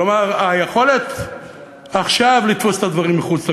כלומר, היכולת עכשיו לתפוס את הדברים מחוץ לקופסה,